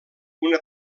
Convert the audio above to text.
una